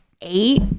eight